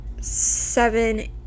seven